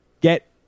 get